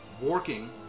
working